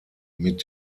mit